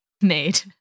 made